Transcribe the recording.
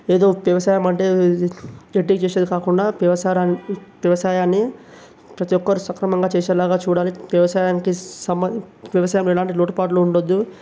ఏదో వ్యవసాయం అంటే చేసేది కాకుండా వ్యవసాయాన్ని వ్యవసాయాన్ని ప్రతి ఒక్కరూ సక్రమంగా చేసేలాగా చూడాలి వ్యవసాయానికి సంబంధించి వ్యవసాయంలో ఎలాంటి లోటుపాటులు ఉండద్దు